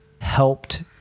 helped